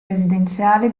residenziale